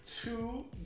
two